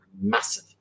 massive